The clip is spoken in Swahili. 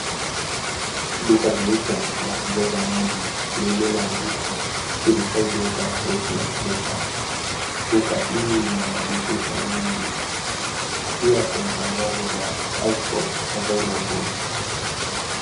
Duka jeupe la kujaza maji lililo andikwa purified water refill station. Duka hili lina madirisha mengi pia kuna tangazo la ice pops available